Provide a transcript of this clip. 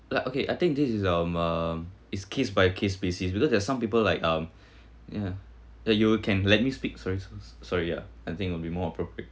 like okay I think this is um uh is case by case basis because there are some people like um yeah like you'll can let me speak sorry sorry ya I think will be more appropriate